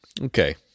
okay